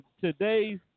today's